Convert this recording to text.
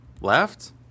left